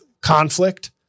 conflict